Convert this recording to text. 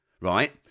right